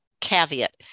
caveat